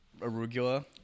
arugula